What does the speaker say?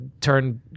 turn